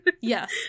Yes